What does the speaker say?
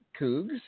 Cougs